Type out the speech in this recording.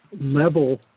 level